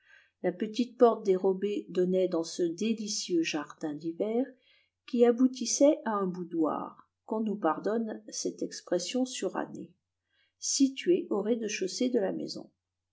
la petite porte dérobée donnait dans ce délicieux jardin d'hiver qui aboutissait à un boudoir qu'on nous pardonne cette expression surannée située au rez-de-chaussée de la maison